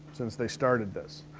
since they started this.